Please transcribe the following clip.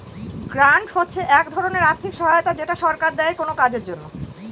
grant হচ্ছে এক ধরনের আর্থিক সহায়তা যেটা সরকার দেয় কোনো কাজের জন্য